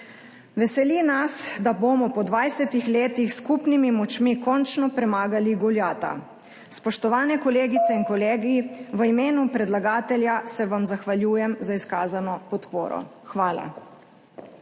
Veseli nas, da bomo po dvajsetih letih s skupnimi močmi končno premagali Goljata. Spoštovani kolegice in kolegi, v imenu predlagatelja se vam zahvaljujem za izkazano podporo. Hvala.